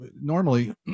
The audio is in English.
normally